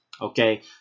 Okay